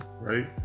right